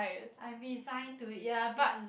I'm resign to ya but